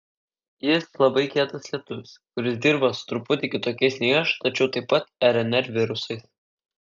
jis labai kietas lietuvis kuris dirba su truputį kitokiais nei aš tačiau taip pat rnr virusais